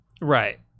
right